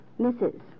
Mrs